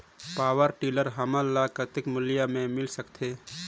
Power tiller हमन ल कतेक मूल्य मे मिल सकथे?